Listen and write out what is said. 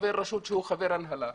לחבר רשות שהוא חבר הנהלה.